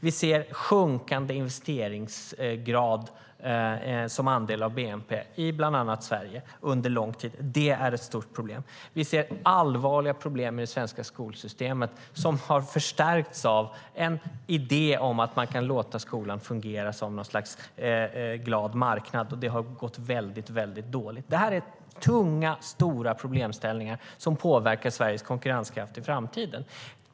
Vi ser att investeringarnas andel av bnp i bland annat Sverige sjunker under lång tid. Vi ser allvarliga problem med det svenska skolsystemet som har förstärkts av en idé om att man kan låta skolan fungera som något slags glad marknad. Det har gått väldigt dåligt. Detta är tunga, stora problemställningar som påverkar Sveriges konkurrenskraft i framtiden.